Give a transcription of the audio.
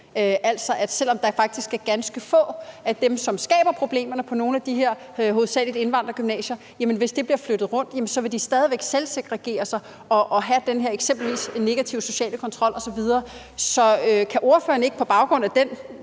altså at selv om der faktisk er ganske få af dem, som skaber problemerne på nogle af de her hovedsagelig indvandrergymnasier, er det sådan, at hvis de bliver flyttet rundt, vil de stadig væk selvsegregere sig og have den her eksempelvis negative sociale kontrol osv. Så kan ordføreren på baggrund af den